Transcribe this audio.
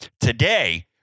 Today